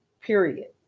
period